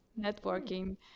networking